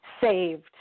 Saved